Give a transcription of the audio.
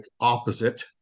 opposite